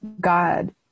God